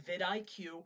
VidIQ